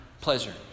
pleasure